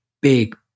big